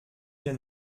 hier